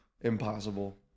impossible